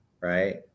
right